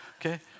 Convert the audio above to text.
okay